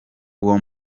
uwo